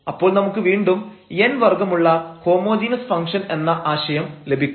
അപ്പോൾ നമുക്ക് വീണ്ടും n വർഗ്ഗമുള്ള ഹോമോജീനസ് ഫംഗ്ഷൻ എന്ന ആശയം ലഭിക്കും